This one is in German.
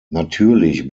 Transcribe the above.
natürlich